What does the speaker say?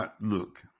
Look